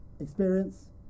Experience